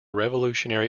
revolutionary